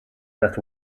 that